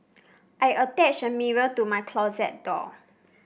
I attached a mirror to my closet door